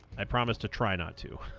i promise to try not to